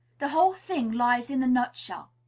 the whole thing lies in a nutshell.